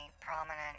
prominent